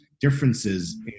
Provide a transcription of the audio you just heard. differences